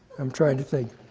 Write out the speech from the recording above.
i'm trying to think.